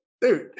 dude